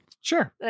Sure